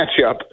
matchup